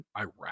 Iraq